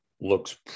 looks